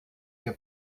wir